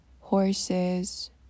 horses